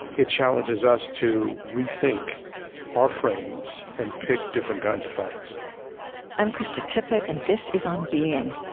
it challenges us to rethink our frames and pick different kinds of fights i'm krista tippett, and this is on being